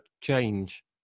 change